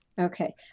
Okay